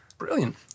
Brilliant